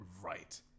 right